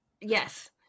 Yes